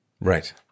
right